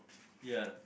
ya